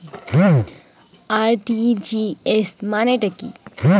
RTGS মানে টা কি?